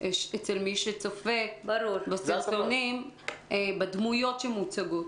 אצל מי שצופה בסרטונים בדמויות שמוצגות.